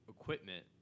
equipment